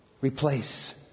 replace